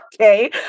Okay